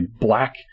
black